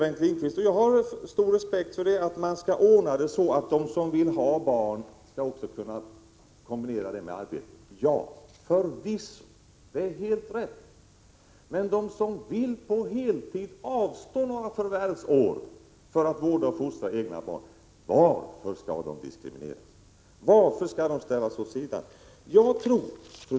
Bengt Lindqvist säger — och det har jag stor respekt för — att man skall ordna det så att de som vill ha barn också skall kunna kombinera detta med arbete. Ja, förvisso. Det är helt rätt. Men de som vill avstå några förvärvsår för att vårda och fostra egna barn på heltid, varför skall de diskrimineras? Varför skall de ställas åt sidan? Fru talman!